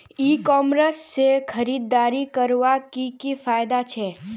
E commerce से खरीदारी करवार की की फायदा छे?